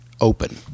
open